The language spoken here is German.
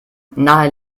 nahe